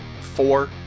Four